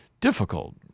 difficult